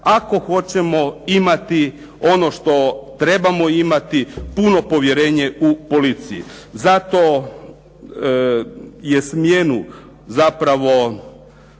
ako hoćemo imati ono što trebamo imati puno povjerenje u policiji. Zato je smjenu zapravo